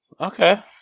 Okay